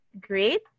great